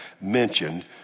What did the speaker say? mentioned